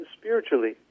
spiritually